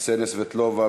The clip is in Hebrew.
קסניה סבטלובה,